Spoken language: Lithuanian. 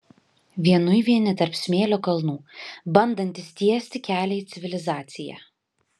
vienui vieni tarp smėlio kalnų bandantys tiesti kelią į civilizaciją